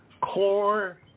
core